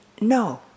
no